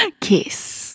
Kiss